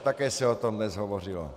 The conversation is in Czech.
Také se o tom dnes hovořilo.